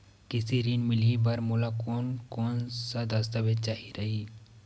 कृषि ऋण मिलही बर मोला कोन कोन स दस्तावेज चाही रही?